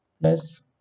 plus